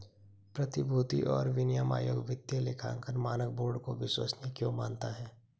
प्रतिभूति और विनिमय आयोग वित्तीय लेखांकन मानक बोर्ड को विश्वसनीय क्यों मानता है?